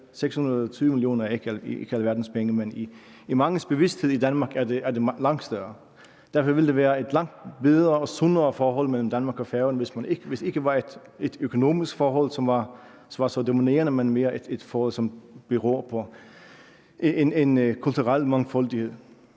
620 mio. kr. er ikke alverdens penge, men i manges bevidsthed i Danmark er det langt større. Derfor ville der være et langt bedre og sundere forhold mellem Danmark og Færøerne, hvis ikke der var et økonomisk forhold, som er så dominerende, men mere et forhold, som beror på en kulturel mangfoldighed.